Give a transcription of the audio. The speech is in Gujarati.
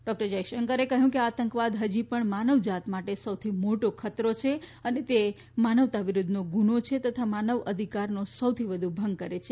ડોક્ટર જયશંકરે કહ્યું કે આતંકવાદ હજી પણ માનવજાત માટે સૌથી મોટો ખતરો છે અને તે માનવતા વિરુદ્ધનો ગુનો છે તથા માનવ અધિકારનો સૌથી વધુ ભંગ કરે છે